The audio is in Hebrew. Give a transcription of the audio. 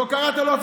אני רק רוצה להגיד,